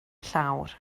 llawr